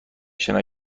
شنا